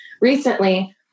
Recently